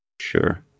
Sure